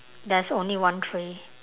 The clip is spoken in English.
there's only one tray